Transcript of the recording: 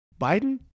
Biden